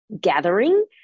gathering